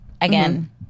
again